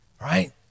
right